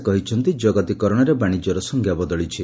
ସେ କହିଛନ୍ତି ଜଗତିକରଣରେ ବାଶିଜ୍ୟର ସଂଜ୍ଞା ବଦଳିଛି